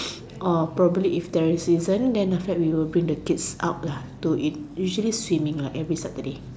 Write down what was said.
or probably if there's isn't then after that we'll bring the kids out lah to eat usually swimming lah every Saturday